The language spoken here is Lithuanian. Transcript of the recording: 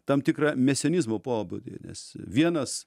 tam tikrą mesionizmo pobūdį nes vienas